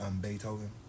Beethoven